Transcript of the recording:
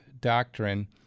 doctrine